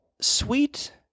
sweet